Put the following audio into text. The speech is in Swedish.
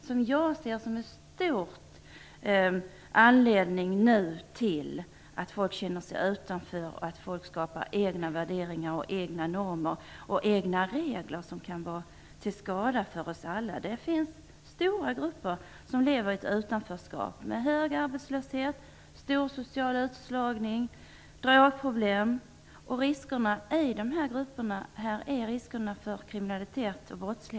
Jag tror att segregeringen är en väsentlig anledning till att många känner sig utanför och skapar egna värderingar och egna normer och regler som kan vara till skada för oss alla. Stora grupper lever i ett utanförskap med hög arbetslöshet, stor social utslagning och drogproblem. I de grupperna är riskerna för kriminalitet särskilt stora.